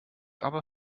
aber